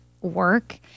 work